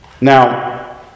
Now